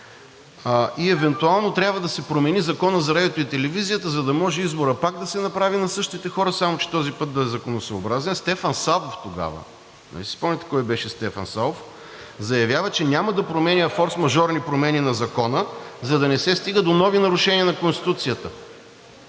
и евентуално трябва да се промени Законът за радиото и телевизията, за да може изборът пак да се направи на същите хора, само че този път да е законосъобразен. Стефан Савов тогава – нали си спомняте кой беше Стефан Савов, заявява, че няма да прави форсмажорни промени на Закона, за да не се стига до нови нарушения на Конституцията.